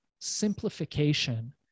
simplification